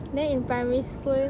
then in primary school